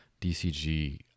DCG